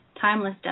timeless